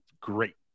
great